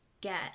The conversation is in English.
get